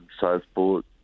southport